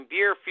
Beer